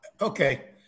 Okay